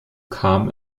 kam